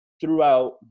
throughout